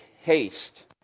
haste